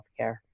healthcare